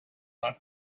not